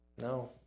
no